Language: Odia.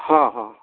ହଁ ହଁ ହଁ